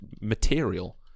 material